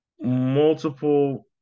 multiple